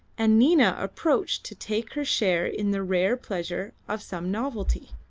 and nina approached to take her share in the rare pleasure of some novelty.